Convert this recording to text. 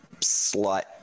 slight